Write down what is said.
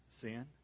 sin